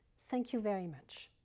thank you very much.